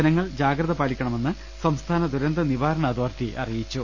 ജനങ്ങൾ ജാഗ്രത പാലിക്കണമെന്ന് സംസ്ഥാന ദുരന്ത നിവാരണ അതോറിറ്റി അറിയിച്ചു